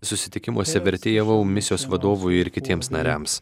susitikimuose vertėjavau misijos vadovui ir kitiems nariams